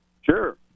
Sure